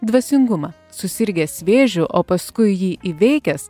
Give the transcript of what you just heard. dvasingumą susirgęs vėžiu o paskui jį įveikęs